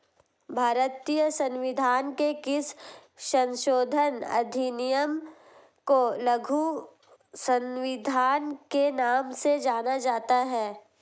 भारतीय संविधान के किस संशोधन अधिनियम को लघु संविधान के नाम से जाना जाता है?